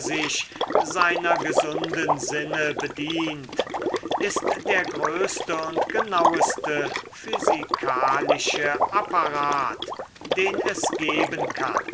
sich seiner gesunden sinne bedient ist der größte und genaueste physikalische apparat den es geben kann